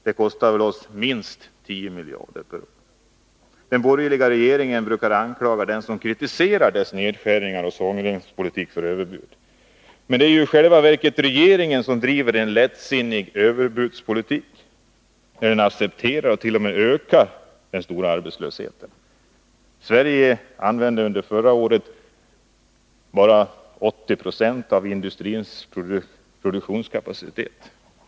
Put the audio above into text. Det kostar oss väl minst 10 miljarder per år. Den borgerliga regeringen brukar anklaga den som kritiserar dess nedskärningar och svångremspolitik för överbud. Men det är i själva verket regeringen som driver en lättsinnig överbudspolitik när den accepterar och t.o.m. ökar den stora arbetslösheten. Sverige använde under förra året bara 80 26 av industrins produktionskapacitet.